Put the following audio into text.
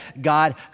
God